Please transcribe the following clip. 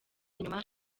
inyuma